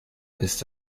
ist